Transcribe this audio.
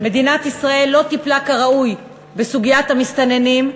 מדינת ישראל לא טיפלה כראוי בסוגיית המסתננים,